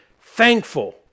thankful